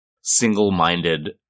single-minded